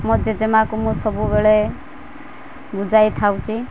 ମୋ ଜେଜେମାଆକୁ ମୁଁ ସବୁବେଳେ ବୁଝାଇ ଥାଉଛି